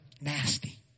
nasty